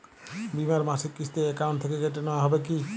বিমার মাসিক কিস্তি অ্যাকাউন্ট থেকে কেটে নেওয়া হবে কি?